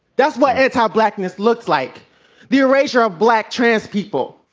that's what it's how blackness looks like the erasure of black trans people.